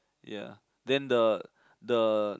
ya then the the